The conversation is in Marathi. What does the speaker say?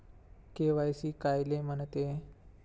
के.वाय.सी कायले म्हनते?